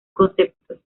conceptos